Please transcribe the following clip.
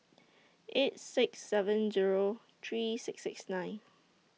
eight six seven Zero three six six nine